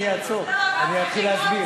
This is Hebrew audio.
אני אעצור ואני אתחיל להסביר.